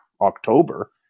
October